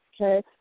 okay